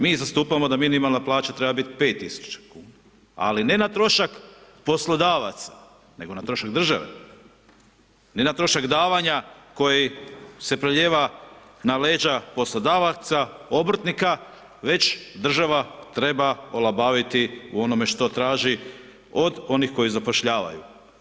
Mi zastupamo da minimalna plaća treba biti 5.000,00 kn, ali ne na trošak poslodavaca, nego na trošak države, ne na trošak davanja koji se preljeva na leđa poslodavaca obrtnika, već država treba olabaviti u onome što traži od onih koji zapošljavaju.